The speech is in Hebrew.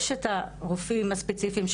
יש את הרופאים הספציפיים,